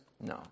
No